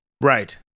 Right